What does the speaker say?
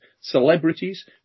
celebrities